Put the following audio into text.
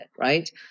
right